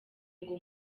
ngo